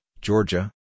Georgia